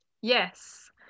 Yes